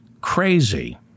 crazy